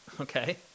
Okay